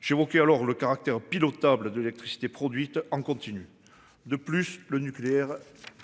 J'évoquais alors le caractère pilotable de l'électricité produite en continu. De plus, le nucléaire.